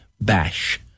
bash